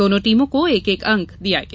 दोनों टीमों को एक एक अंक दिया गया